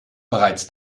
bereits